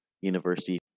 University